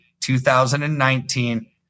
2019